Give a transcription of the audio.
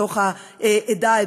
בתוך העדה,